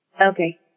Okay